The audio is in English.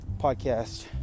Podcast